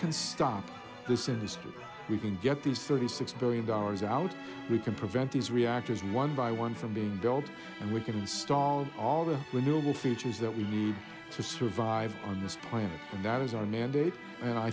can stop this industry we can get these thirty six billion dollars out we can prevent these reactors one by one from being built and we can install all the little features that we need to survive on this planet and that is our mand